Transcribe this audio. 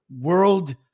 World